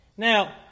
Now